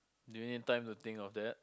do you need time to think of that